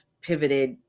pivoted